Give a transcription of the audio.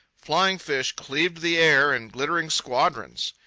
flying fish cleaved the air in glittering squadrons.